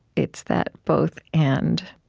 it's that both and